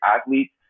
athletes